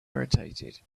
irritated